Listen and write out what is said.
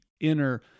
inner